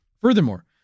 Furthermore